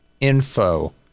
info